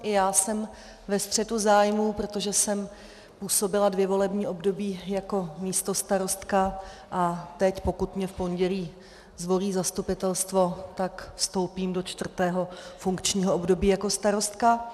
I já jsem ve střetu zájmů, protože jsem působila dvě volební období jako místostarostka, a teď, pokud mě v pondělí zvolí zastupitelstvo, tak vstoupím do čtvrtého funkčního období jako starostka.